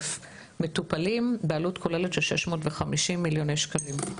מטופלים בעלות כוללת של 650 מיליוני שקלים.